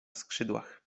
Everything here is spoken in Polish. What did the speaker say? skrzydłach